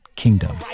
kingdom